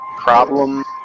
problem